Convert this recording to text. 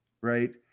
Right